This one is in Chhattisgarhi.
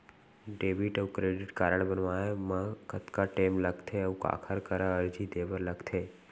डेबिट अऊ क्रेडिट कारड बनवाए मा कतका टेम लगथे, अऊ काखर करा अर्जी दे बर लगथे?